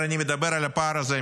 כאשר אני מדבר על הפער הזה,